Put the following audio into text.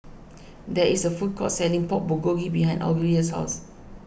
there is a food court selling Pork Bulgogi behind Olivia's house